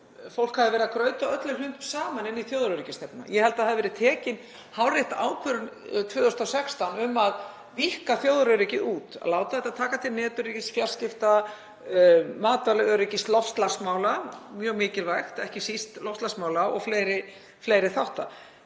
fólk hafi verið að grauta öllum hlutum saman inn í þjóðaröryggisstefnu. Ég held það hafi verið tekin hárrétt ákvörðun 2016 um að víkka þjóðaröryggið út, láta það taka til netöryggis, fjarskipta, matvælaöryggis, loftslagsmála, mjög mikilvægt, ekki síst loftslagsmála og fleiri þátta.